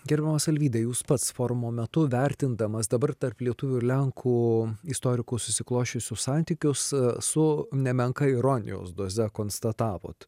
gerbiamas alvydai jūs pats forumo metu vertindamas dabar tarp lietuvių ir lenkų istorikų susiklosčiusius santykius su nemenka ironijos doze konstatavot